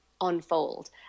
unfold